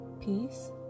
Peace